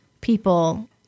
people